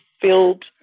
filled